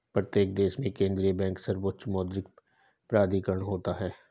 प्रत्येक देश में केंद्रीय बैंक सर्वोच्च मौद्रिक प्राधिकरण होता है